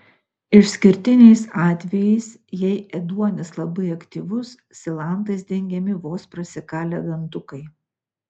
išskirtiniais atvejais jei ėduonis labai aktyvus silantais dengiami vos prasikalę dantukai